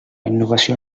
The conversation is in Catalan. innovació